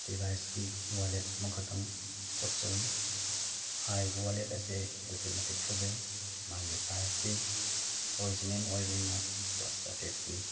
ꯂꯤꯚꯥꯏꯁꯀꯤ wallet ꯑꯃꯈꯛꯇꯪ ꯀꯛꯆꯕꯅꯤ ꯍꯥꯏꯔꯤꯕ ꯋꯥꯂꯦꯠ ꯑꯁꯦ ꯑꯗꯨꯛꯀꯤ ꯃꯇꯤꯛ ꯐꯖꯩ ꯃꯥꯒꯤ ꯄ꯭ꯔꯥꯏꯁꯇꯤ ꯑꯣꯔꯤꯖꯤꯅꯦꯜ ꯑꯣꯏꯕꯅꯤꯅ ꯂꯨꯄꯥ ꯆꯥꯇ꯭ꯔꯦꯠ ꯄꯤ